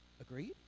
Agreed